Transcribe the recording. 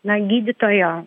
na gydytojo